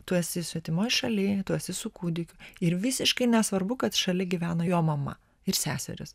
tu esi svetimoj šaly tu esi su kūdikiu ir visiškai nesvarbu kad šalia gyvena jo mama ir seserys